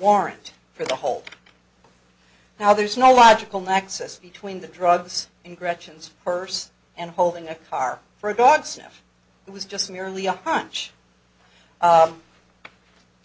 warrant for the hole now there's no logical nexus between the drugs and gretchen's purse and holding a car for gawd's now it was just merely a hunch